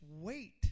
wait